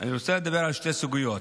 אני רוצה לדבר על שתי סוגיות.